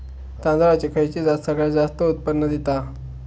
तांदळाची खयची जात सगळयात जास्त उत्पन्न दिता?